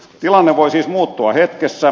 tilanne voi siis muuttua hetkessä